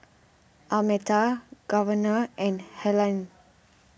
Almeta Governor and Helaine